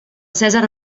cèsar